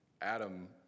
Adam